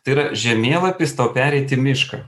tai yra žemėlapis tau pereiti mišką